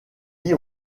dix